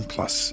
Plus